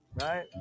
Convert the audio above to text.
right